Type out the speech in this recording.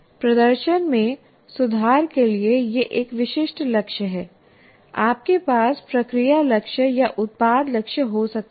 प्रदर्शन में सुधार के लिए यह एक विशिष्ट लक्ष्य है आपके पास प्रक्रिया लक्ष्य या उत्पाद लक्ष्य हो सकते हैं